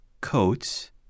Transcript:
coats